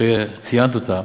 שציינת אותה,